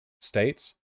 states